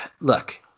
Look